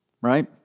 right